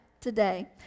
today